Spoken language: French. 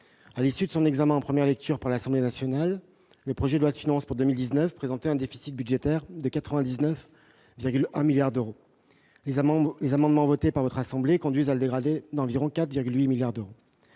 À l'issue de son examen en première lecture par l'Assemblée nationale, le projet de loi de finances pour 2019 présentait un déficit budgétaire de 99,1 milliards d'euros. Les amendements adoptés par le Sénat conduisent à dégrader ce dernier d'environ 4,8 milliards d'euros.